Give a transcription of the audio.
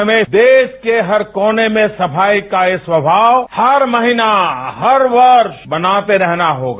हमें देश के हर कोने में सफाई का यह स्वभाव हर महीने हर वर्ष मनाते रहना होगा